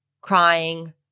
crying